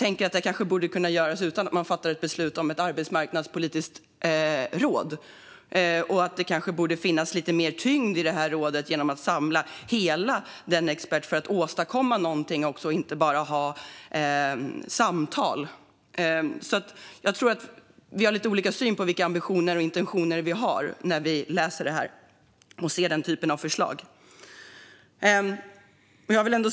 Det kanske borde kunna göras utan att man fattar beslut om ett arbetsmarknadspolitiskt råd, tänker jag. Det kanske borde finnas lite mer tyngd i det här rådet genom att man samlar hela expertisen för att åstadkomma någonting och inte bara ha samtal. Jag tror att vi har lite olika intentioner och ambitioner när vi ser den här typen av förslag.